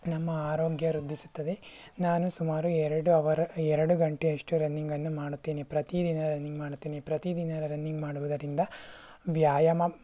ನಮ್ಮ ಆರೋಗ್ಯ ವೃದ್ಧಿಸುತ್ತದೆ ನಾನು ಸುಮಾರು ಎರಡು ಅವರ್ ಎರಡು ಗಂಟೆಯಷ್ಟು ರನ್ನಿಂಗನ್ನು ಮಾಡುತ್ತೀನಿ ಪ್ರತೀದಿನ ರನ್ನಿಂಗ್ ಮಾಡುತ್ತೀನಿ ಪ್ರತಿದಿನ ರನ್ನಿಂಗ್ ಮಾಡುವುದರಿಂದ ವ್ಯಾಯಾಮ